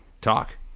talk